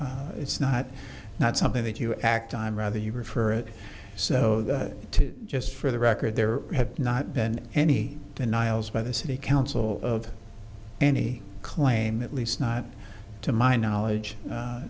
s it's not not something that you act i'm rather you prefer it so to just for the record there have not been any denials by the city council of any claim at least not to my knowledge